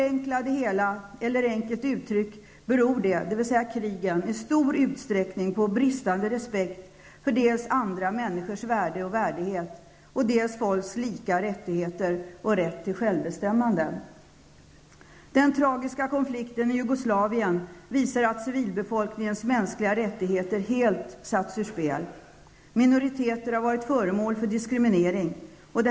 Enkelt uttryckt beror krigen i stor utsträckning på en bristande respekt dels för andra människors värde och värdighet, dels för folks lika rättigheter och rätt till självbestämmande. Den tragiska konflikten i Jugoslavien visar att civilbefolkningens mänskliga rättigheter helt har satts ur spel. Minoriteter har varit föremål för diskriminering.